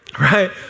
right